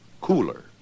Cooler